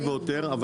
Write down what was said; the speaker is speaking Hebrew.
והותר.